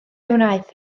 wnaeth